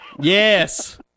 Yes